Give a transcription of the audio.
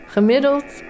Gemiddeld